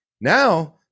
now